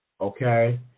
okay